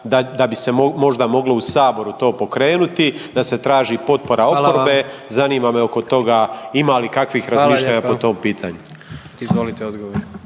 da bi se možda moglo u Saboru to pokrenuti da se traži potpora oporbe, zanima me oko toga ima li kakvih razmišljanja po tom pitanju.